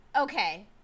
Okay